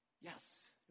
Yes